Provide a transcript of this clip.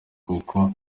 kuko